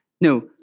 No